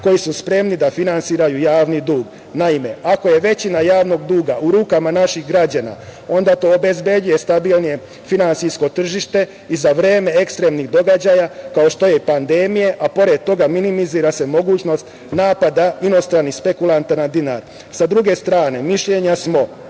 koji su spremni da finansiraju javni dug. Naime, ako je većina javnog duga u rukama naših građana, onda to obezbeđuje stabilnije finansijsko tržište i za vreme ekstremnih događaja, kao što je pandemija, a pored toga minimizira se mogućnost napada inostranih špekulanata na dinar.S druge strane, mišljenja smo